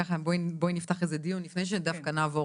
בואי נפתח איזה דיון לפני שדווקא נעבור